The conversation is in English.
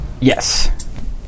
yes